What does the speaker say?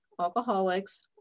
alcoholics